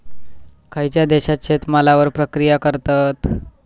खयच्या देशात शेतमालावर प्रक्रिया करतत?